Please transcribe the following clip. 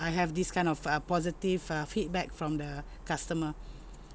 I have this kind of uh positive uh feedback from the customer